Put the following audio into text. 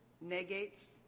negates